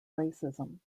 racism